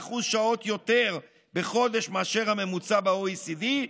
כ-10% שעות יותר בחודש מאשר הממוצע ב-OECD,